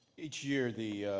each year the